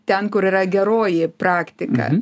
ten kur yra geroji praktika